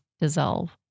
dissolve